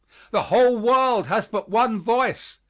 the whole world has but one voice,